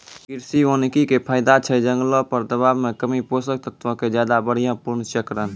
कृषि वानिकी के फायदा छै जंगलो पर दबाब मे कमी, पोषक तत्वो के ज्यादा बढ़िया पुनर्चक्रण